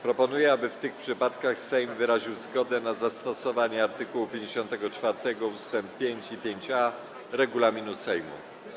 Proponuję, aby w tych przypadkach Sejm wyraził zgodę na zastosowanie art. 54 ust. 5 i 5a regulaminu Sejmu.